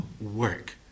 work